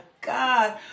God